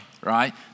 right